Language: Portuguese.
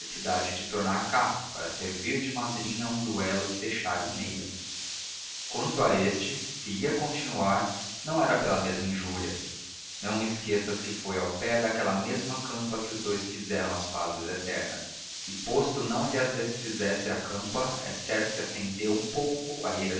necessidade de tornar cá para servir de madrinha a um duelo que deixara em meio quanto a este se ia continuar não era pela mesma injúria não esqueças que foi ao pé daquela mesma campa que os dous fizeram as pazes eternas e posto não lhas desfizesse a campa é certo que acendeu um pouco